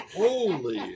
Holy